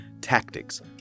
Tactics